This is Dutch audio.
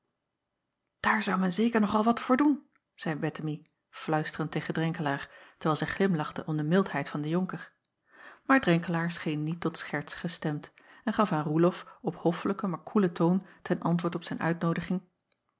aar zou men zeker nog al wat voor doen zeî ettemie fluisterend tegen renkelaer terwijl zij glimlachte om de mildheid van den onker aar renkelaer scheen niet tot scherts gestemd en gaf aan oelof op hoffelijken maar koelen toon ten antwoord op zijn uitnoodiging